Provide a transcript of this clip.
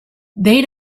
they